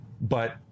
but-